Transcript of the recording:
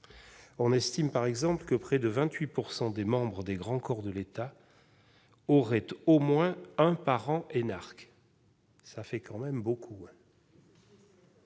On estime ainsi que près de 28 % des membres des grands corps de l'État auraient au moins un parent énarque. Cela fait tout de même beaucoup